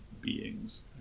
beings